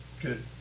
Good